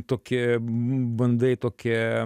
tokį bandai tokį